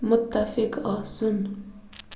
مُتفِق آسُن